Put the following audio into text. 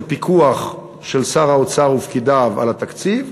פיקוח של שר האוצר ופקידיו על התקציב,